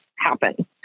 Happen